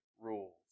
rules